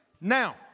Now